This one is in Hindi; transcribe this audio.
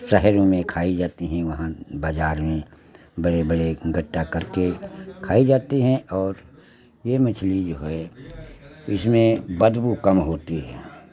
शहरों में खाइ जाती है वहां बाज़ार में बड़े बड़े गट्टा करके खाए जाते हैं और ये मछली जो है इसमें बदबू कम होती है